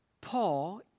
Paul